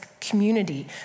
community